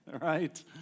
right